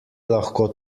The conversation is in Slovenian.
lahko